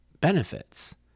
benefits